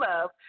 love